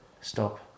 Stop